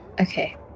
Okay